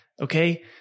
Okay